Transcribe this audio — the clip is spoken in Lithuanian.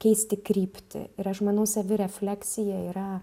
keisti kryptį ir aš manau savirefleksija yra